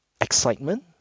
excitement